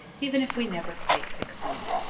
even if we never quite succeed.